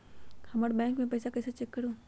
हमर बैंक में पईसा कईसे चेक करु?